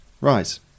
Right